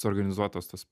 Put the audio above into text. suorganizuotos tas